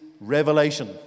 revelation